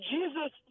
Jesus